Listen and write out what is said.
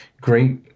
great